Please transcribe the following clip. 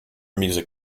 music